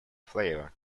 flavour